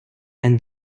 and